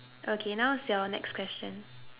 okay now is your next question